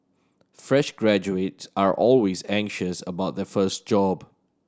fresh graduates are always anxious about their first job